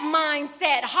mindset